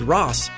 Ross